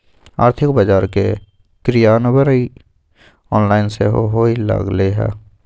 आर्थिक बजार के क्रियान्वयन ऑनलाइन सेहो होय लगलइ ह